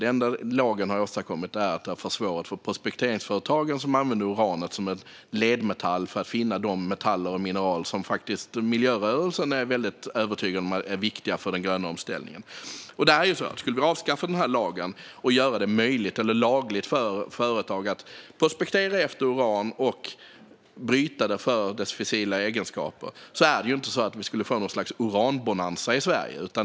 Det enda lagen har åstadkommit är att försvåra för de prospekteringsföretag som använt uran som en ledmetall för att finna de metaller och mineral som miljörörelsen faktiskt är övertygad om är viktiga för den gröna omställningen. Om vi skulle avskaffa denna lag och göra det lagligt för företag att prospektera efter uran och bryta den för dess fissila egenskaper skulle vi ju inte få något slags uranbonanza i Sverige.